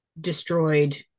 destroyed